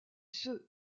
ceux